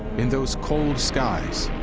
in those cold skies,